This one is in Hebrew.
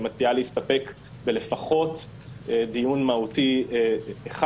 שמציעה להסתפק בלפחות דיון מהותי אחד.